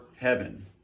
heaven